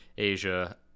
Asia